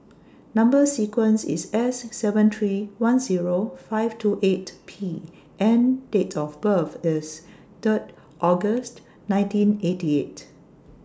Number sequence IS S seven three one Zero five two eight P and Date of birth IS Third August nineteen eighty eight